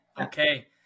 Okay